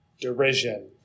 derision